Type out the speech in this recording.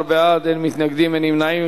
14 בעד, אין מתנגדים, אין נמנעים.